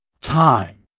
Time